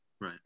right